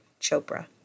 Chopra